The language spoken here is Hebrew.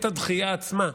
את הדחייה עצמה,